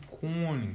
corny